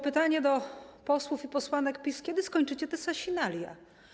Pytanie do posłów i posłanek PiS: Kiedy skończycie te sasinaria?